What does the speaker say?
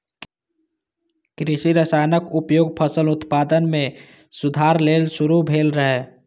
कृषि रसायनक उपयोग फसल उत्पादन मे सुधार लेल शुरू भेल रहै